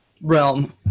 realm